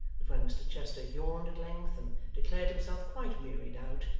that when mr chester yawned at length and declared himself quite wearied out,